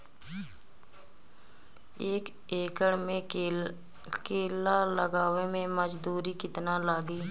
एक एकड़ में केला लगावे में मजदूरी कितना लागी?